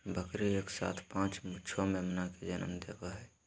बकरी एक साथ पांच छो मेमना के जनम देवई हई